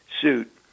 suit